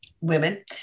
women